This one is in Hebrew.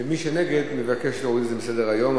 ומי שהוא נגד מבקש להוריד את זה מסדר-היום.